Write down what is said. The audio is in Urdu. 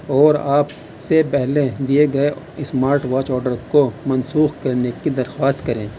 اور آپ سے پہلے دیے گئے اسمارٹ واچ آڈر کو منسوخ کرنے کی درخواست کریں